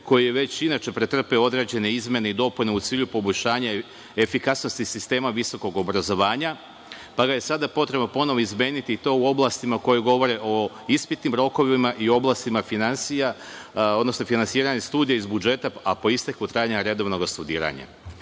koji je već inače pretrpeo određene izmene i dopune u cilju poboljšanja efikasnosti sistema visokog obrazovanja pa ga je sada potrebno ponovo izmeni i to u oblastima koje govore o ispitnim rokovima i u oblastima finansija, odnosno finansiranja studija iz budžeta, a po isteku trajanja redovnog studiranja. Ovim